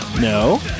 No